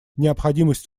необходимость